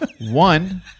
One